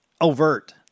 overt